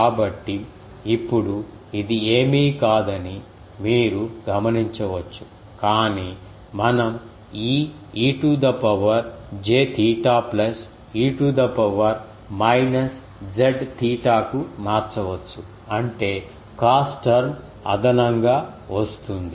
కాబట్టి ఇప్పుడు ఇది ఏమీ కాదని మీరు గమనించవచ్చు కాని మనం ఈ e to the power j theta plus e to the power minus z తీటాకు మార్చవచ్చు అంటే cos టర్మ్ అదనంగా వస్తుంది